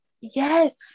yes